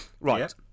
Right